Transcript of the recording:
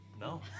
No